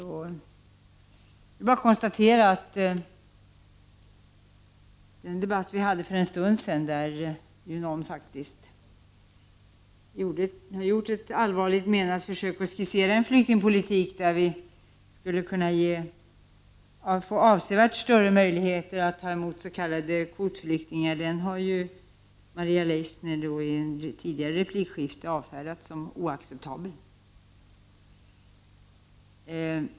Det är bara att konstatera att den debatt vi hade för en stund sedan, där någon faktiskt gjorde ett allvarligt menat försök att skissera en flyktingpolitik som skulle kunna ge avsevärt större möjligheter att ta emot s.k. kvotflyktingar, har Maria Leissner avfärdat som oacceptabel.